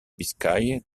biscaye